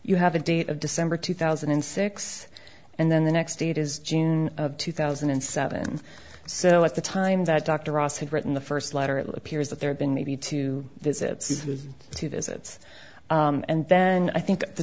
you have a date of december two thousand and six and then the next date is june of two thousand and seven so at the time that dr ross had written the first letter at appears that there have been maybe two visits to visits and then i think the